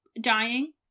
dying